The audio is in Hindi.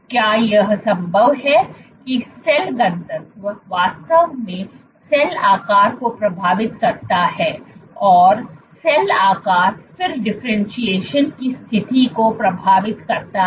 क्या यह संभव है कि सेल घनत्व वास्तव में सेल आकार को प्रभावित करता है और और सेल आकार फिर डिफरेंटशिएशन की स्थिति को प्रभावित करता है